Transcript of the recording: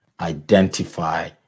identify